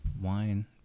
wine